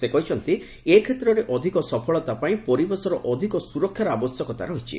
ସେ କହିଛନ୍ତି ଏକ୍ଷେତ୍ରରେ ଅଧିକ ସଫଳତା ପାଇଁ ପରିବେଶର ଅଧିକ ସ୍ୱରକ୍ଷାର ଆବଶ୍ୟକତା ରହିଛି